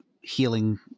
healing